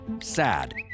Sad